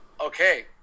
Okay